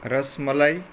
rasmalai